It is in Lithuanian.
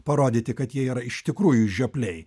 parodyti kad jie yra iš tikrųjų žiopliai